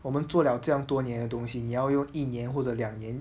我们做了这么多年的东西你要用一年或者两年